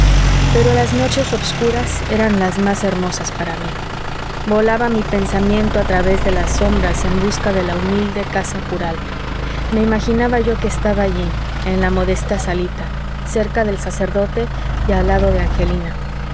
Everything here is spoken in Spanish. pero las noches obscuras eran más hermosas para mí volaba mi pensamiento a través de las sombras en busca de la humilde casa cural me imaginaba yo que estaba allí en la modesta salita cerca del sacerdote y al lado de angelina